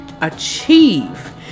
achieve